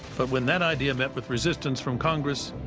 but when that idea met with resistance from congress,